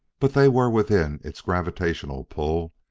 but they were within its gravitational pull,